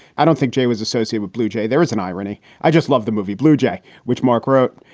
i don't think jay was associated with blue jay. there is an irony. i just love the movie blue jay, which mark wrote.